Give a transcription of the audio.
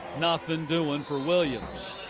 nothing doing for williams.